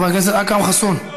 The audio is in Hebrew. חברת הכנסת עליזה לביא,